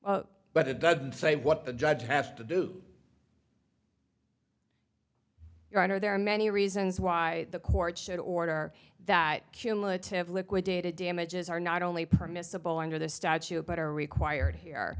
but it doesn't say what the judge has to do your honor there are many reasons why the court should order that cumulative liquidated damages are not only permissible under the statute but are required here